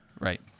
right